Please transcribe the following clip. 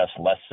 less